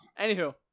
anywho